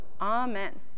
Amen